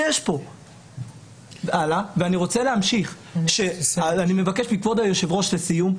אני מבקש מכבוד היושב-ראש לסיום,